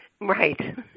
Right